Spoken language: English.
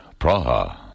Praha